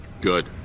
good